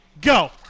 go